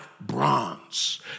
bronze